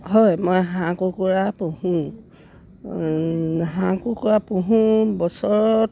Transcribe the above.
হয় মই হাঁহ কুকুৰা পুহোঁ হাঁহ কুকুৰা পুহোঁ বছৰত